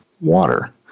water